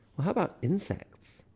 how about insects?